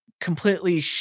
completely